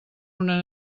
una